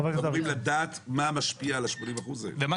הם אמורים לדעת מה משפיע על ה-80% האלה.